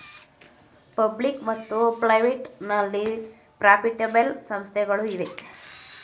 public ಮತ್ತು private non profitable ಸಂಸ್ಥೆಗಳು ಇವೆ